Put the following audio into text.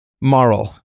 moral